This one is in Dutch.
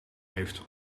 heeft